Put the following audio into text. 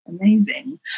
amazing